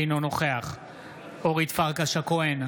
אינו נוכח אורית פרקש הכהן,